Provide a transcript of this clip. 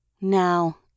Now